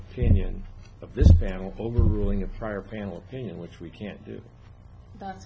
opinion of this panel overruling a prior panel opinion which we can't do that